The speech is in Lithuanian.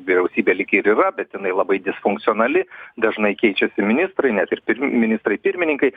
vyriausybė lyg ir yra bet jinai labai disfunkcionali dažnai keičiasi ministrai net ir pir ministrai pirmininkai